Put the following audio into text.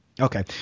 Okay